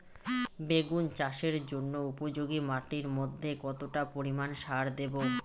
বেগুন চাষের জন্য উপযোগী মাটির মধ্যে কতটা পরিমান সার দেব?